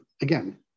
again